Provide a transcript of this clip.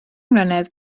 mlynedd